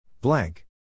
Blank